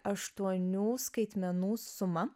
aštuonių skaitmenų sumą